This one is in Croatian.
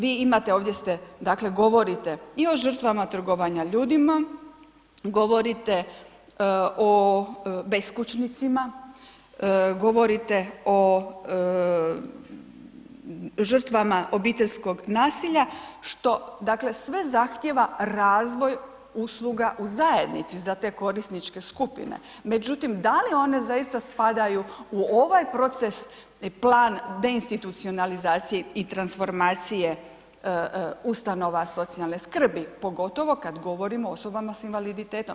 Vi imate, ovdje ste, dakle govorite i o žrtvama trgovanja ljudima, govorite o beskućnicima, govorite o žrtvama obiteljskog nasilja, što dakle, sve zahtijeva razvoj usluga u zajednici za te korisničke skupine, međutim, da li one zaista spadaju u ovaj proces, plan deinstuticionalizacije i transformacije ustanova socijalne skrbi, pogotovo kad govorimo o osobama s invaliditetom.